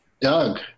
Doug